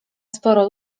sporo